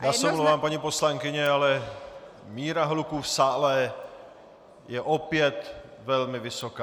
Já se omlouvám, paní poslankyně, ale míra hluku v sále je opět velmi vysoká.